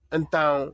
Então